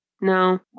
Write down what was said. No